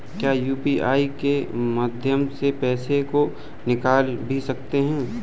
क्या यू.पी.आई के माध्यम से पैसे को निकाल भी सकते हैं?